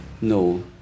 No